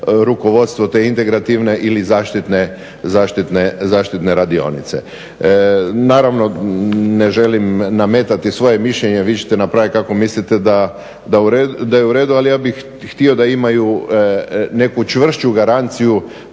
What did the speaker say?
rukovodstvo te integrativne ili zaštitne radionice. Naravno, ne želim nametati svoje mišljenje, vi ćete napravit kako mislite da je u redu, ali bih htio da imaju neku čvršću garanciju